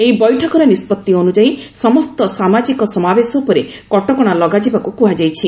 ଏହି ବୈଠକର ନିଷ୍କଭି ଅନୁଯାୟୀ ସମସ୍ତ ସାମାଜିକ ସମାବେଶ ଉପରେ କଟକଣା ଲଗାଯିବାକୁ କୁହାଯାଇଛି